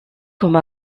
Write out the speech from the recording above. comme